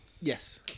Yes